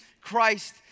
Christ